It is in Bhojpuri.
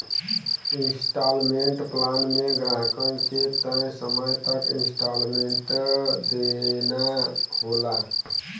इन्सटॉलमेंट प्लान में ग्राहकन के तय समय तक इन्सटॉलमेंट देना होला